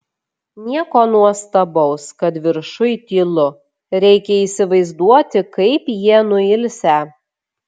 nieko nuostabaus kad viršuj tylu reikia įsivaizduoti kaip jie nuilsę